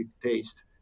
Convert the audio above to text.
taste